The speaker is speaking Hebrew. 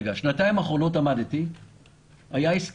בשנתיים האחרונות עמדתי בתקציב.